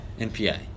NPI